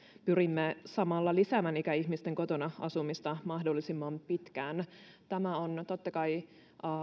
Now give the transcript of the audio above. pyrimme samalla lisäämään ikäihmisten kotona asumista mahdollisimman pitkään tämä on totta kai